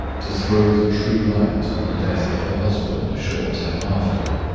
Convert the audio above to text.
to throw the true light on the death of her husband a short time afterward,